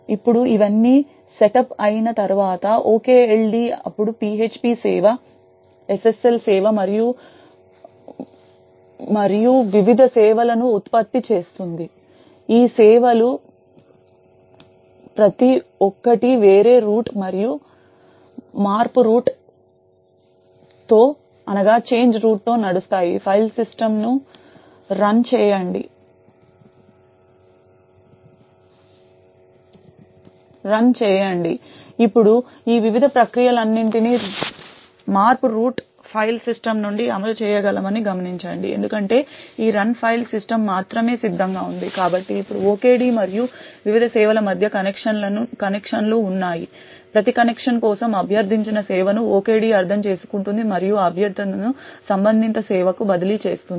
ఇప్పుడు ఇవన్నీ సెటప్ అయిన తర్వాత OKLD అప్పుడు php సేవ SSL సేవ మరియు వివిధ సేవలను ఉత్పత్తి చేస్తుంది ఈ సేవలు ప్రతి ఒక్కటి వేరే రూట్ మరియు మార్పు రూట్ తో నడుస్తాయి ఫైల్ సిస్టమ్ను రన్ చేయండి ఇప్పుడు ఈ వివిధ ప్రక్రియలన్నింటినీ మార్పు రూట్ ఫైల్ సిస్టమ్ నుండి అమలు చేయగలమని గమనించండి ఎందుకంటే ఈ రన్ ఫైల్ సిస్టమ్ మాత్రమే సిద్ధంగా ఉంది కాబట్టి ఇప్పుడు OKD మరియు వివిధ సేవల మధ్య కనెక్షన్లు ఉన్నాయి ప్రతి కనెక్షన్ కోసం అభ్యర్థించిన సేవను OKD అర్థం చేసుకుంటుంది మరియు ఆ అభ్యర్థనను సంబంధిత సేవకు బదిలీ చేస్తుంది